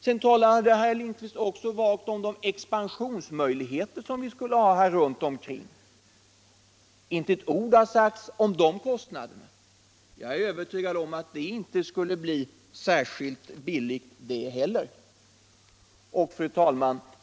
| Sedan talar herr Lindkvist vagt om de expansionsmöjligheter som skulle finnas runt omkring det nuvarande riksdagshuset. Inte ett ord har sagts om kostnaderna för det. Jag är övertygad om att en sådan expansion inte skulle bli särskilt billig.